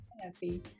happy